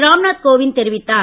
ராம்நாத் கோவிந்த் தெரிவித்தார்